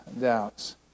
doubts